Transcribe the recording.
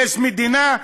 יש מדינה,